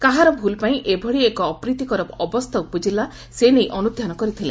କାହାର ଭୁଲ୍ ପାଇଁ ଏଭଳି ଏକ ଅପ୍ରୀତିକର ଅବସ୍ଥା ଉପୁଜିଲା ସେନେଇ ଅନୁଧ୍ୟାନ କରିଥିଲେ